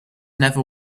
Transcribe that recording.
never